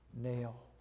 nail